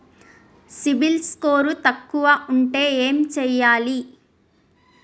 CIBIL score తక్కువ ఉంటే ఏం చేయాలి?